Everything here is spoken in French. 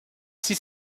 six